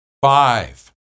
Five